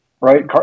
right